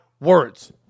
words